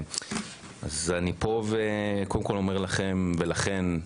אז אני פה ואני קודם כל אומר לכם ולכן,